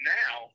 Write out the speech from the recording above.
now